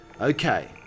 okay